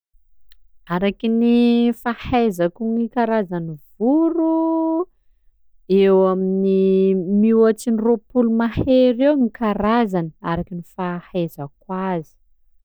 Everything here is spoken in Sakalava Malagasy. Araky ny fahaizako gny karazan'ny voro eo amin'ny mihoatsy ny roapolo mahery eo gny karazany araky ny fahaizako azy.